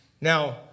Now